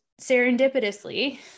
serendipitously